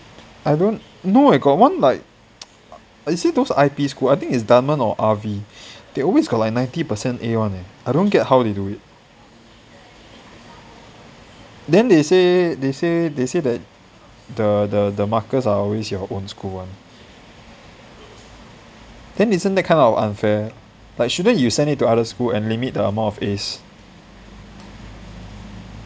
I don't no eh got one like is it those I_P school I think it's dunman or R_V they always got like ninety percent a one eh I don't get how get how they do it then they say they say they say that the the the markers are always your own school one then isn't that kind of unfair like shouldn't you send it to other school and limit the amount of A's